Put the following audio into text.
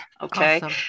Okay